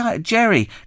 Jerry